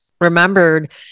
remembered